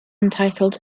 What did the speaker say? entitled